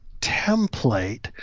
template